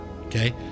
okay